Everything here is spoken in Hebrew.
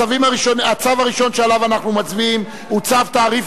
הצו הראשון שעליו אנחנו מצביעים הוא צו תעריף